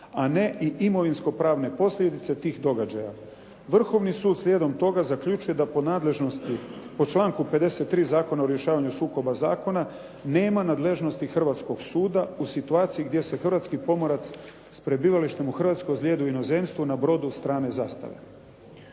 a ne i imovinsko-pravne posljedice tih događaja. Vrhovni sud slijedom toga zaključuje da po nadležnosti po članku 53. Zakona o rješavanju sukoba zakona nema nadležnosti hrvatskog suda u situaciji gdje se hrvatski pomorac s prebivalištem u Hrvatskoj ozlijedi u inozemstvu na brodu strane zastave.